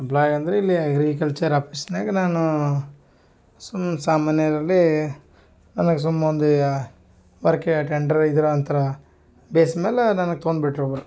employee ಅಂದರೆ ಇಲ್ಲಿ agricultural ಆಪೀಸ್ನಾಗೆ ನಾನು ಸುಮ್ನೆ ಸಾಮಾನ್ಯರಲ್ಲಿ ನನಗೆ ಸುಮ್ನೆ ಒಂದು ಈಗ ವರ್ಕ್ ಎಟೆಂಡ್ರ್ ಇದ್ರಂತರ ಬೇಸ್ಮೆಲೆ ನನಗೆ ತೊಂದ್ಬಿಟ್ಟು